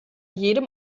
jedem